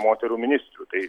moterų ministrių tai